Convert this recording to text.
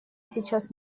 сейчас